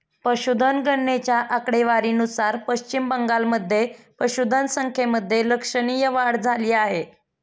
पशुधन गणनेच्या आकडेवारीनुसार पश्चिम बंगालमध्ये पशुधन संख्येमध्ये लक्षणीय वाढ झाली आहे